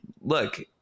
look